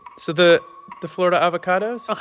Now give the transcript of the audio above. so the the florida avocados.